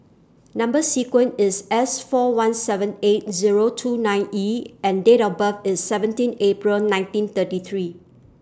Number sequence IS S four one seven eight Zero two nine E and Date of birth IS seventeen April nineteen thirty three